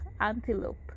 antelope